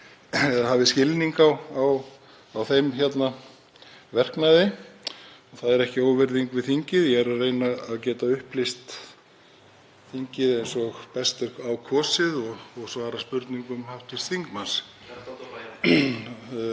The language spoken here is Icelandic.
hafi skilning á þeim verknaði. Það er ekki óvirðing við þingið. Ég er að reyna að upplýsa þingið eins og best verður á kosið og svara spurningum hv. þingmanns.